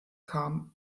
kam